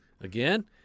Again